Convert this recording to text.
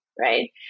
right